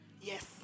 Yes